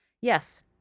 Yes